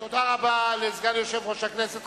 תודה רבה לסגן יושב-ראש הכנסת,